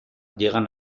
llegan